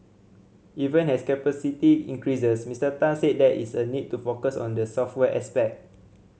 even as capacity increases Mister Tan said there is a need to focus on the software aspect